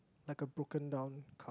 like a broken down